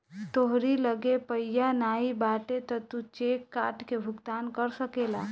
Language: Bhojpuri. तोहरी लगे पइया नाइ बाटे तअ तू चेक काट के भुगतान कर सकेला